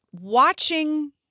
watching